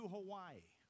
Hawaii